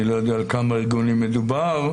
אני לא יודע בכמה ארגונים מדובר.